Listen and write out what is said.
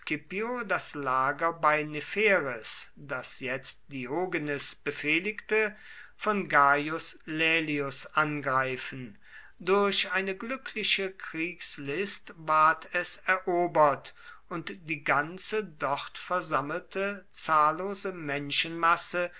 das lager bei nepheris das jetzt diogenes befehligte von gaius laelius angreifen durch eine glückliche kriegslist ward es erobert und die ganze dort versammelte zahllose menschenmasse